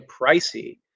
pricey